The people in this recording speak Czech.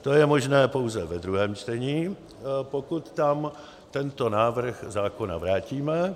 To je možné pouze ve druhém čtení, pokud tam tento návrh zákona vrátíme.